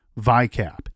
VICAP